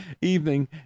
evening